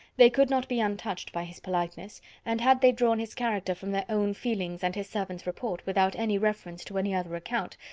they could not be untouched by his politeness and had they drawn his character from their own feelings and his servant's report, without any reference to any other account,